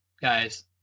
guys